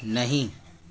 नहीं